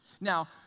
Now